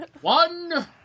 One